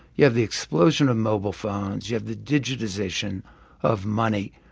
you have the explosion of mobile phones, you have the digitization of money.